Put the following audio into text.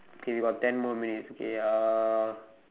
okay about ten more minutes okay uh